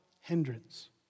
hindrance